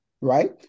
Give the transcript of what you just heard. right